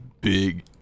big